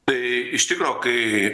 tai iš tikro kai